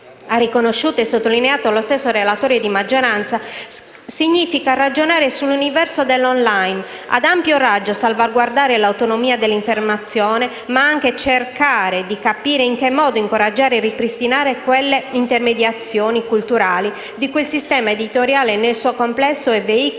ha riconosciuto e sottolineato lo stesso relatore di maggioranza - significa ragionare sull'universo dell'*online* ad ampio raggio, salvaguardare l'autonomia dell'informazione, ma anche cercare di capire in che modo incoraggiare e ripristinare quelle intermediazioni culturali di cui il sistema editoriale nel suo complesso è veicolo